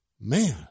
Man